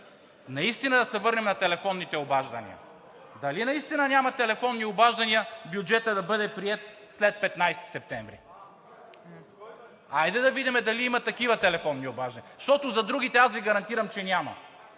Така че да се върнем на телефонните обаждания – дали наистина няма телефонни обаждания бюджетът да бъде приет след 15 септември? Хайде да видим дали има такива телефонни обаждания, защото за другите аз Ви гарантирам, че няма,